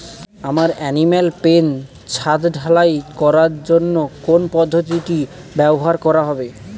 আমার animal pen ছাদ ঢালাই করার জন্য কোন পদ্ধতিটি ব্যবহার করা হবে?